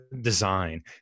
design